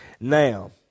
Now